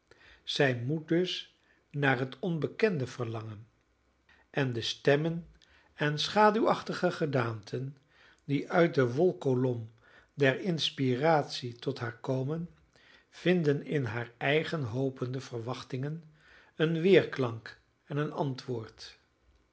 zij moet dus naar het onbekende verlangen en de stemmen en schaduwachtige gedaanten die uit de wolk kolom der inspiratie tot haar komen vinden in haar eigen hopende verwachtingen een weerklank en een antwoord